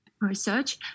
research